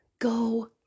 Go